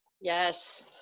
yes